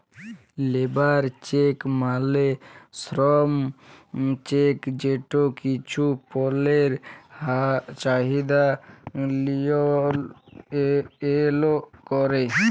labour check মালে শ্রম check যেট কিছু পল্যের চাহিদা লিয়লত্রল ক্যরে